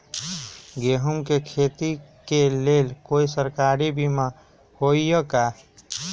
गेंहू के खेती के लेल कोइ सरकारी बीमा होईअ का?